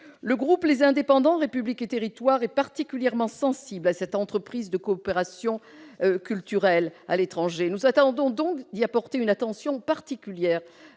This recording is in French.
Le groupe Les Indépendants - République et Territoires est particulièrement sensible à cette entreprise de coopération culturelle à l'étranger. Nous entendons donc y apporter une attention particulière